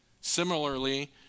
Similarly